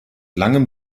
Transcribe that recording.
langem